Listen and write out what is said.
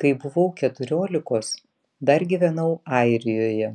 kai buvau keturiolikos dar gyvenau airijoje